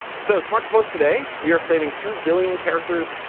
so smart compose today, we are saving two billion characters.